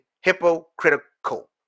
hypocritical